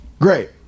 great